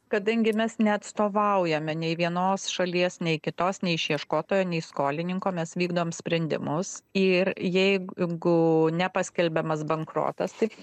kadangi mes neatstovaujame nei vienos šalies nei kitos nei išieškotojo nei skolininko mes vykdom sprendimus ir jeigu nepaskelbiamas bankrotas tik